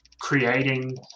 creating